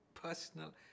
personal